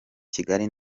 kigali